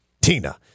Tina